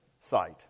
site